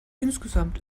insgesamt